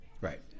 Right